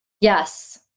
Yes